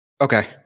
Okay